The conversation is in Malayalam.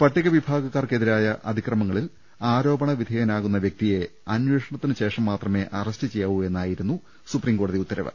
പട്ടികവിഭാഗ ക്കാർക്കെതിരായ അതിക്രമങ്ങളിൽ ആരോപണവിധേ യനായ വൃക്തിയെ അന്വേഷണത്തിനുശേഷം മാത്രമേ അറസ്റ്റു ചെയ്യാവൂ എന്നായിരുന്നു സുപ്രീംകോടതി ഉത്തരവ്